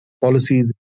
policies